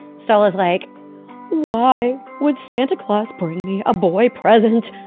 stella is like why would santa claus bring me a boy present.